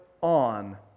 on